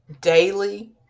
daily